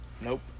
Nope